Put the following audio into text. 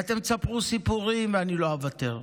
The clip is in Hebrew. ואתם תספרו סיפורים, ואני לא אוותר.